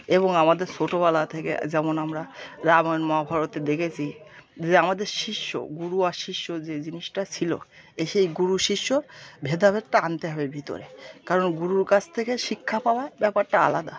এবং আমাদের ছোটোবেলা থেকে যেমন আমরা রামায়ন মহাভারতে দেখেছি যে আমাদের শিষ্য গুরু আর শিষ্য যে জিনিসটা ছিলো এ সেই গুরু শিষ্যর ভেদাভেদটা আনতে হবে ভিতরে কারণ গুরুর কাছ থেকে শিক্ষা পাওয়া ব্যাপারটা আলাদা